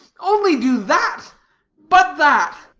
only do that but that.